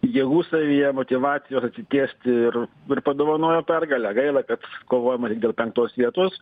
jėgų savyje motyvacijos atsitiesti ir ir padovanojo pergalę gaila kad kovojama tik dėl penktos vietos